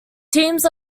teams